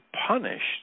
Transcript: punished